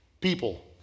people